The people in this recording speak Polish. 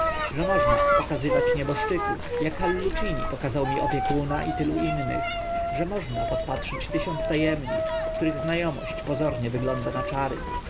że można pokazywać nieboszczyków ak hallucini pokazał mi opiekuna i tylu innych że można podpatrzyć tysiąc ta emnic których zna omość pozornie wygląda na czary